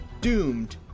doomed